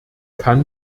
kann